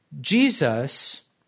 Jesus